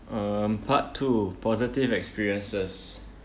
um part two positive experiences